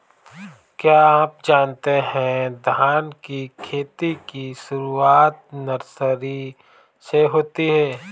क्या आप जानते है धान की खेती की शुरुआत नर्सरी से होती है?